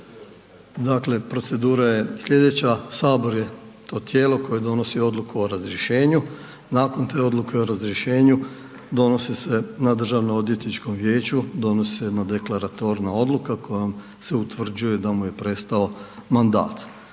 Dakle, procedura je slijedeća, HS je to tijelo koje donosi odluku o razrješenju, nakon te odluke o razrješenju donosi se, na državnom odvjetničkom vijeću donosi se jedna deklaratorna odluka kojom se utvrđuje da mu je prestao mandat.